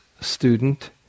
student